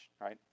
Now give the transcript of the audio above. right